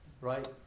Right